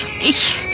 Ich